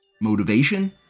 motivation